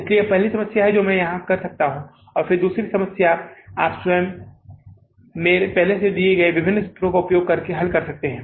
इसलिए यह पहली समस्या है जो मैं यहां कर सकता हूं और दूसरी समस्या आप स्वयं मेरे पहले से ही दिए गए विभिन्न सूत्रों का उपयोग करके हल कर सकते हैं